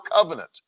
covenant